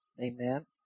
Amen